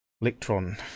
electron